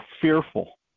fearful